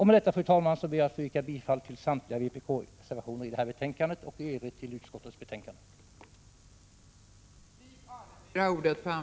Med detta, fru talman, ber jag att få yrka bifall till samtliga vpkreservationer vid detta betänkande och i övrigt till utskottets hemställan.